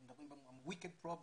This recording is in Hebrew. אנחנו מדברים על wicked problems,